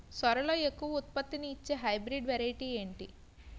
సోరలో ఎక్కువ ఉత్పత్తిని ఇచే హైబ్రిడ్ వెరైటీ ఏంటి?